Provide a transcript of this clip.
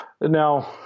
Now